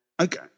okay